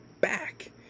back